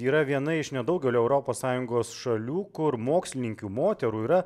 yra viena iš nedaugelio europos sąjungos šalių kur mokslininkių moterų yra